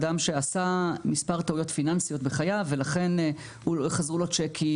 אדם שעשה מספר טעויות פיננסיות בחייו ולכן חזרו לו צ'קים,